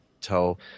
tell